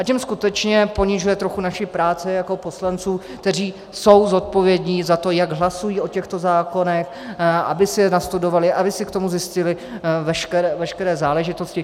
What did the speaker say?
Tím skutečně ponižuje trochu naši práci jako poslanců, kteří jsou zodpovědní za to, jak hlasují o těchto zákonech, aby si je nastudovali, aby si k tomu zjistili veškeré záležitosti.